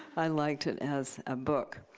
i liked it as a book.